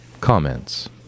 Comments